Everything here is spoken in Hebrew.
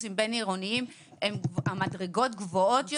באוטובוסים בין-עירוניים המדרגות גבוהות יותר,